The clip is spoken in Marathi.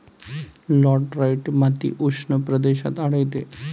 लॅटराइट माती उष्ण प्रदेशात आढळते